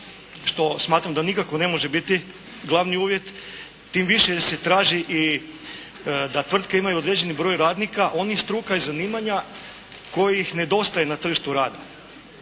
što smatram da nikako ne može biti glavni uvjet, tim više jer se traži i da tvrtke imaju određeni broj radnika onih struka i zanimanja kojih nedostaje na tržištu rada.